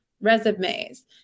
resumes